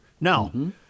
No